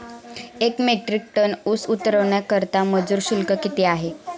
एक metric ton ऊस उतरवण्याकरता मजूर शुल्क किती आहे?